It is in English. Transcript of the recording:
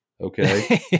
Okay